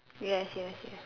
yes yes ya